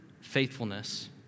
faithfulness